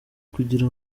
kugira